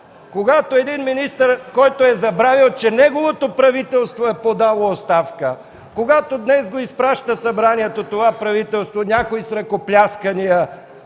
когато министър, който е забравил, че неговото правителство е подало оставка, когато днес Събранието изпраща това правителство – някои с ръкопляскания,